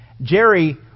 Jerry